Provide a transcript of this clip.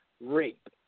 rape